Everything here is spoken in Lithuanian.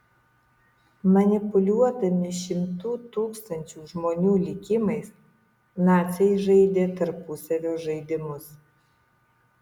manipuliuodami šimtų tūkstančių žmonių likimais naciai žaidė tarpusavio žaidimus